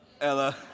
Ella